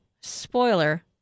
spoiler